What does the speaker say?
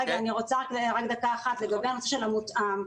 רגע, אני רוצה דקה אחת לגבי השאלון המותאם.